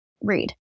read